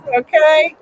okay